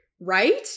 right